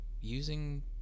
using